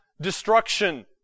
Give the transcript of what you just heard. destruction